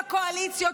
הקואליציה,